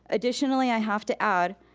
additionally, i have to add,